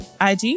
IG